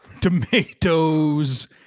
tomatoes